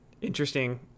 interesting